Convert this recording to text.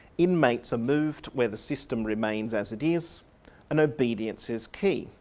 inmates are moved where the system remains as it is and obedience is key'.